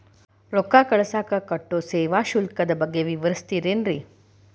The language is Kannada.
ರೊಕ್ಕ ಕಳಸಾಕ್ ಕಟ್ಟೋ ಸೇವಾ ಶುಲ್ಕದ ಬಗ್ಗೆ ವಿವರಿಸ್ತಿರೇನ್ರಿ?